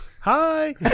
Hi